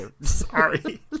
Sorry